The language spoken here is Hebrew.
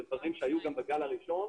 זה דברים שהיו גם בגל הראשון.